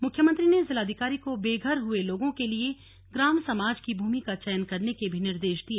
मुख्यमंत्री ने जिलाधिकारी को बेघर हुए लोगों के लिए ग्राम समाज की भूमि का चयन करने के भी निर्देश दिए